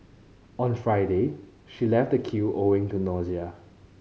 on Friday she left the queue owing to nausea